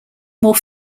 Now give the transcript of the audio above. more